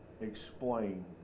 explain